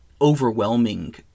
overwhelming